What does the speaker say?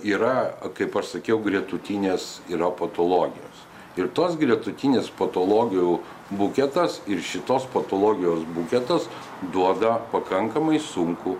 yra kaip aš sakiau gretutinės yra patologijos ir tos gretutinės patologijų buketas ir šitos patologijos buketas duoda pakankamai sunkų